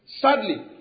Sadly